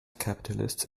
capitalists